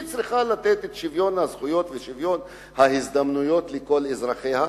היא צריכה לתת שוויון זכויות ושוויון הזדמנויות לכל אזרחיה,